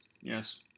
Yes